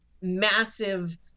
massive